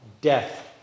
death